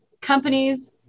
companies